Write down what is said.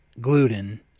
gluten